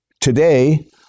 Today